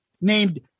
named